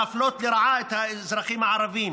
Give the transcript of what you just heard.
המפלות לרעה את האזרחים הערבים,